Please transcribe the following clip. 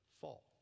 fall